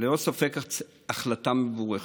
החלטה מבורכת,